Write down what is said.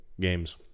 games